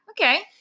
Okay